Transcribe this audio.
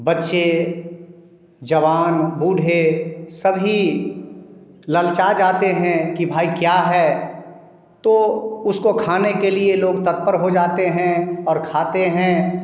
बच्चे जवान बूढ़े सभी ललचा जाते हैं कि भाई क्या है तो उसको खाने के लिए लोग तत्पर हो जाते हैं और खाते हैं